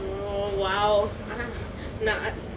oh !wow! uh நா:naa